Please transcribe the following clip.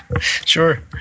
Sure